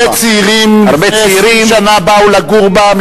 הרבה צעירים לפני 20 שנה באו לגור בה,